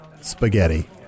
Spaghetti